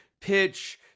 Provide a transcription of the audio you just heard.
pitch